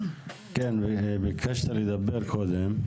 ביקשת לדבר קודם.